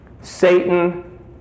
Satan